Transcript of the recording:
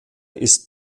ist